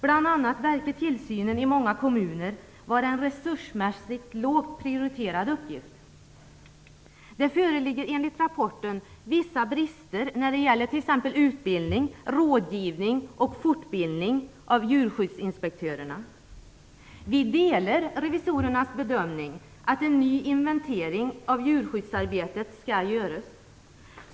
Bl.a. verkar tillsynen i många kommuner vara en resursmässigt lågt prioriterad uppgift. Det föreligger enligt rapporten vissa brister när det gäller t.ex. utbildning, rådgivning och fortbildning av djurskyddsinspektörerna. Vi delar revisorernas bedömning att en ny inventering av djurskyddsarbetet skall göras.